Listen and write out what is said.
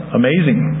amazing